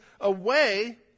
away